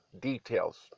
details